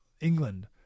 England